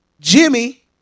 Jimmy